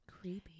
Creepy